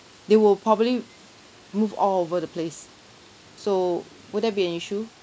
they will probably move all over the place so would that be an issue